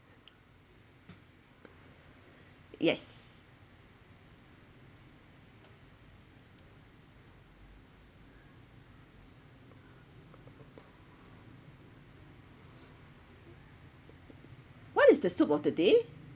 yes what is the soup of the day